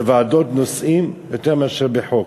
בוועדות יותר מאשר בחוק.